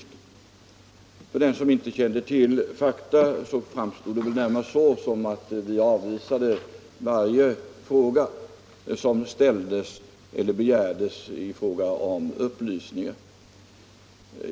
För den som inte kände till fakta framstod det väl närmast så att vi avvisade varje begäran om upplysningar som framförts.